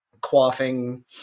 quaffing